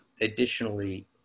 Additionally